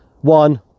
one